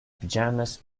pyjamas